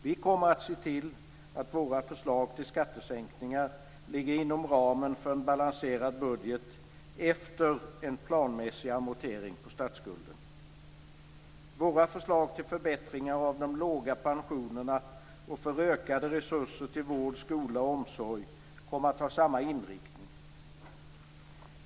Vi kommer att se till att våra förslag till skattesänkningar ligger inom ramen för en balanserad budget efter en planmässig amortering på statsskulden. Våra förslag till förbättringar av de låga pensionerna och för ökade resurser till vård, skola och omsorg kommer att ha samma inriktning.